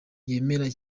yemera